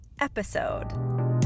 episode